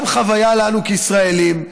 גם חוויה לנו כישראלים,